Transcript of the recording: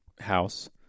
house